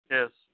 Yes